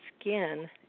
skin